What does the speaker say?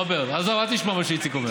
רוברט, עזוב, אל תשמע מה שאיציק אומר.